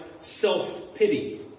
self-pity